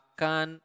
Akan